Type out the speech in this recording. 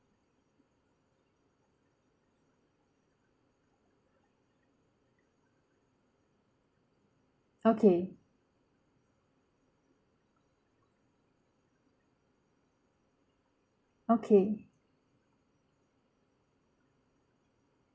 okay okay